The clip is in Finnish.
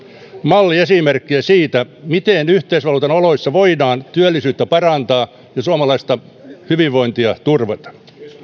malliesimerkkejä siitä miten yhteisvaluutan oloissa voidaan työllisyyttä parantaa ja suomalaista hyvinvointia turvata